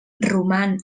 roman